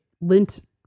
lint